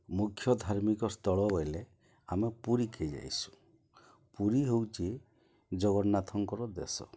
ମୁଖ୍ୟ ଧାର୍ମିକ ସ୍ଥଳ ବଏଲେ ଆମେ ପୁରୀକେ ଯାଏସୁଁ ପୁରୀ ହେଉଚେ ଜଗନ୍ନାଥଙ୍କର ଦେଶ